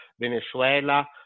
Venezuela